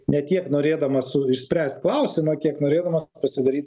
ne tiek norėdamas su išspręst klausimą kiek norėdamas pasidaryt